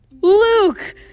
Luke